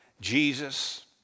Jesus